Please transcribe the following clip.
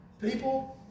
people